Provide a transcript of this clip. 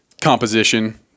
composition